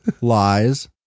lies